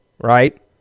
right